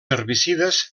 herbicides